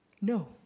No